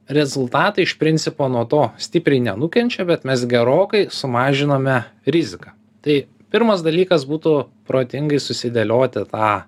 rezultatai iš principo nuo to stipriai nenukenčia bet mes gerokai sumažinome riziką tai pirmas dalykas būtų protingai susidėlioti tą